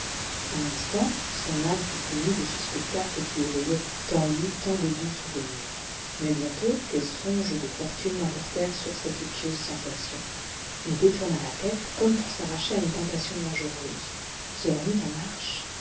un instant son âme fut émue de ce spectacle qui éveillait en lui tant de doux souvenirs mais bientôt ses songes de fortune l'emportèrent sur cette pieuse sensation il détourna la tète comme pour s'arracher à une tentation dangereuse se remit en marche